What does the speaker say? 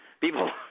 People